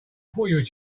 thought